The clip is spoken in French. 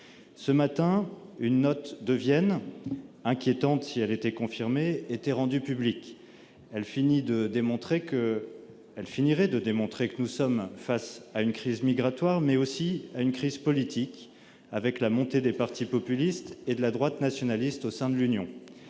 Ce matin, une note de Vienne, inquiétante, a été rendue publique. Si elle était confirmée, elle finirait de démontrer que nous sommes confrontés à une crise migratoire, mais aussi à une crise politique, avec la montée des partis populistes et de la droite nationaliste au sein de l'Union.